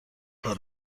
کار